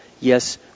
Yes